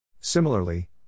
Similarly